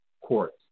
quartz